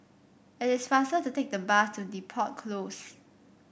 it is faster to take the bus to Depot Close